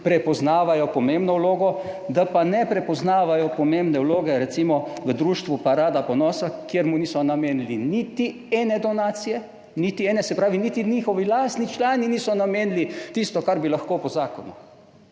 prepoznavajo pomembno vlogo, da pa ne prepoznavajo pomembne vloge recimo v društvu Parada ponosa, kjer mu niso namenili niti ene donacije, niti ene, se pravi, niti njihovi lastni člani niso namenili tisto, kar bi lahko po zakonu.